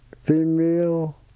female